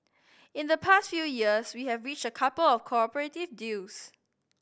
in the past few years we have reached a couple of cooperative deals